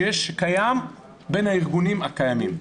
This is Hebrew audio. בין הארגונים הקיימים.